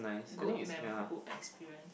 good mem~ good experience